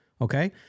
Okay